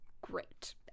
great